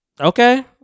okay